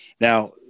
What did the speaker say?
Now